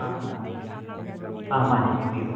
ꯑꯥ ꯃꯥꯅꯦ ꯑꯥ ꯃꯥꯅꯦ ꯍꯥꯏꯕꯤꯌꯨ